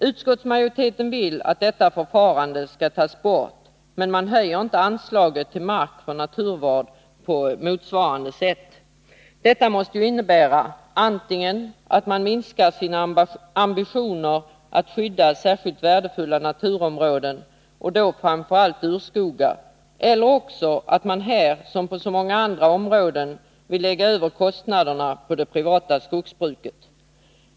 Utskottsmajoriteten vill att detta förfarande skall slopas men höjer inte anslaget till mark för naturvård på motsvarande sätt. Detta måste innebära antingen att man minskar sina ambitioner att skydda särskilt värdefulla naturområden och då framför allt urskogar eller också att man här, som på så många andra områden, vill lägga över kostnaderna på det privata skogsbruket.